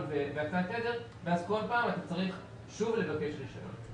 והקצאת תדר ואז כל פעם צריך שוב לבקש רישיון.